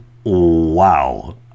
wow